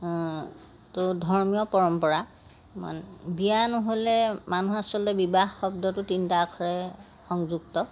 ত' ধৰ্মীয় পৰম্পৰা বিয়া নহ'লে মানুহ আচলতে বিবাহ শব্দটো তিনিটা আখৰে সংযুক্ত